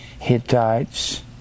Hittites